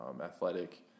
athletic